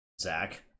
Zach